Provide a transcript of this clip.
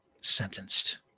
sentenced